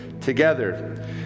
together